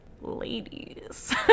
ladies